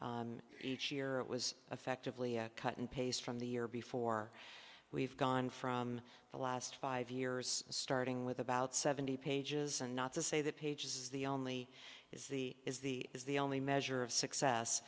long each year it was effectively a cut and paste from the year before we've gone from the last five years starting with about seventy pages and not to say that page is the only is the is the is the only measure of success